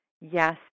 yes